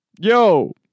Yo